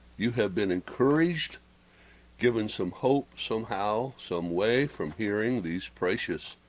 you have been encouraged given some hope somehow some way from hearing, these precious